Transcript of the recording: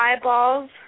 eyeballs